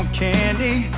candy